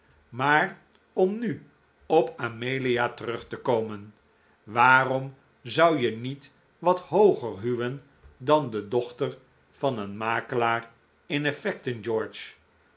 maar om nu op amelia terug te komen waarom zou je niet wat hooger huwen dan de dochter van een makelaar in effecten george